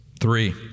Three